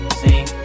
sing